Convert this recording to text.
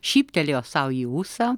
šyptelėjo sau į ūsą